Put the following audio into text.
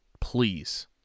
Please